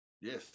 Yes